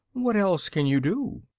what else can you do?